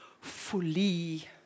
fully